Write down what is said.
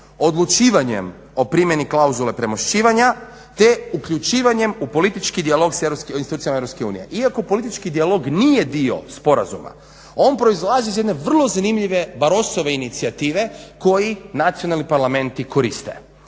odlučivanjem o primjeni klauzule premošćivanja te uključivanjem u politički dijalog s institucijama EU. Iako politički dijalog nije dio sporazuma on proizlazi iz jedne vrlo zanimljive Barossove inicijative koji nacionalni parlamenti koriste.